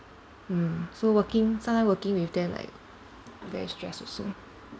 hmm so working sometimes working with them like very stressed also